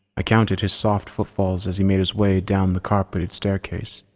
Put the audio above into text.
i counted his soft footfalls as he made his way down the carpeted staircase.